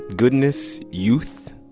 goodness, youth?